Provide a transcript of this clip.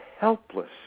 helpless